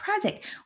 project